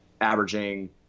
averaging –